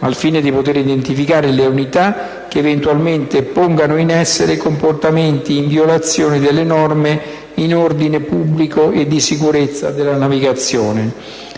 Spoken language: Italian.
al fine di poter identificare le unità che eventualmente pongano in essere comportamenti in violazione delle norme di ordine pubblico e di sicurezza della navigazione.